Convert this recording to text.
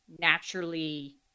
naturally